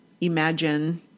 imagine